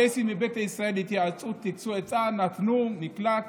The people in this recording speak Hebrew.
הקייסים מביתא ישראל טיכסו עצה, ונתנו מקלט,